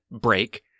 break